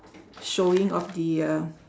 showing of the uh